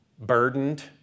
burdened